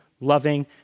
loving